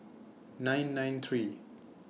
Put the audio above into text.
nine nine three